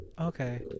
okay